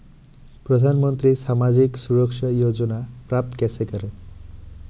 प्रधानमंत्री सामाजिक सुरक्षा योजना प्राप्त कैसे करें?